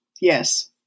Yes